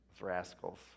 rascals